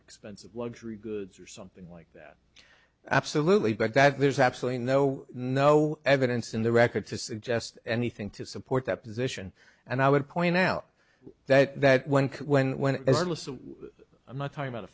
expensive luxury goods or something like that absolutely but that there's absolutely no no evidence in the record to suggest anything to support that position and i would point out that that when when when i'm not talking about